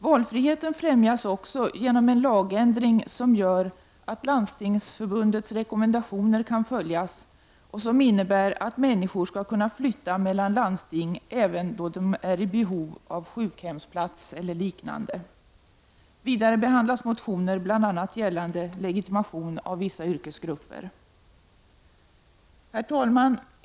Valfriheten främjas också genom en lagändring som gör att Landstingsförbundets rekommendationer kan följas och som innebär att människor skall kunna flytta mellan landsting även då de är i behov av sjukhemsplats eller liknande. Vidare behandlas motioner bl.a. gällande legitimation av vissa yrkesgrupper. Herr talman!